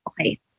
okay